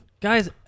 Guys